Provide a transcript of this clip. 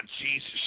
Jesus